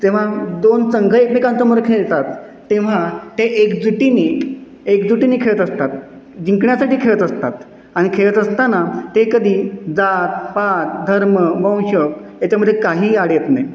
तेव्हा दोन संघ एकमेकांसमोर खेळतात तेव्हा ते एकजुटीने एकजुटीने खेळत असतात जिंकण्यासाठी खेळत असतात आणि खेळत असताना ते कधी जात पात धर्म वंश याच्यामध्ये काहीही आड येत नाही